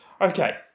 Okay